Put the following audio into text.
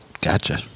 Gotcha